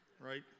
right